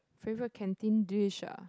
favourite canteen dish ah